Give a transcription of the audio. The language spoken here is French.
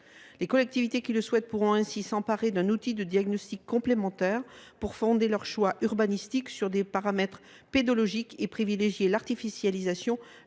Les collectivités qui le souhaitent pourront ainsi s’emparer d’un outil de diagnostic complémentaire pour fonder leurs choix urbanistiques sur des paramètres pédologiques et privilégier l’artificialisation